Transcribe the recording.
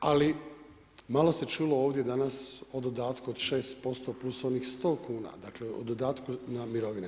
Ali, malo se čulo ovdje danas o dodatku od 6% plus onih 100 kuna, dakle, o dodatku na mirovine.